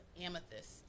amethyst